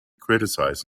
criticized